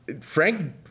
Frank